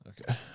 Okay